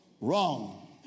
wrong